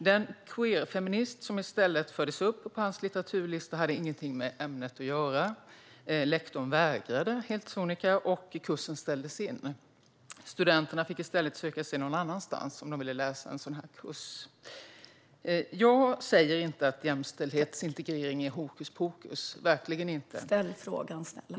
Den queerfeminist som i stället fördes upp på hans litteraturlista hade ingenting med ämnet att göra. Lektorn vägrade helt sonika, och kursen ställdes in. Studenterna fick i stället söka sig någon annanstans om de ville läsa en sådan kurs. Jag säger inte att jämställdhetsintegrering är hokus pokus - verkligen inte.